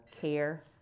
care